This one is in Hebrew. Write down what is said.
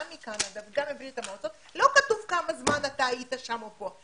גם מקנדה וגם מברית המועצות לא כתוב כמה זמן אתה היית שם או פה.